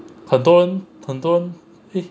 很多人很多 eh